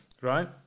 Right